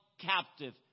captive